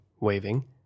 waving